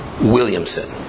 Williamson